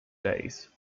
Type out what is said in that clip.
days